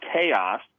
chaos